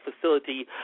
facility